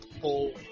full